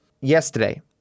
yesterday